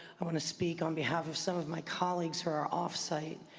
i want to speak on behalf of some of my colleagues who are off-site.